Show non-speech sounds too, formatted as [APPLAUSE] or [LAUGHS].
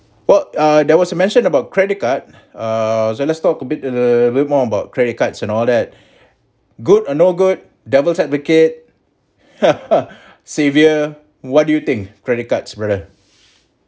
well uh there was a mentioned about credit card uh so let's talk a bit err the little bit more about credit cards and all that good or no good devil's advocate [LAUGHS] xavier what do you think credit cards brother